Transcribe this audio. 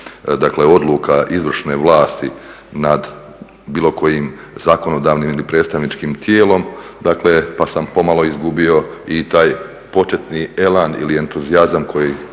odluka izvršne vlasti nad bilo kojim zakonodavnim ili predstavničkim tijelom, pa sam pomalo izgubio i taj početni elan ili entuzijazam kojega